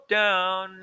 down